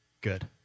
good